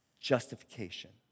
justification